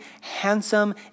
handsome